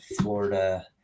Florida